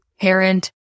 parent